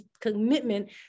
commitment